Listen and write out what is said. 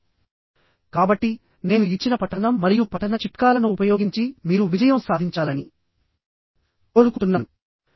కాబట్టినేను ఇచ్చిన పఠనం మరియు పఠన చిట్కాలను ఉపయోగించి మీరు విజయం సాధించాలని కోరుకుంటున్నాను